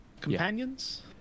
companions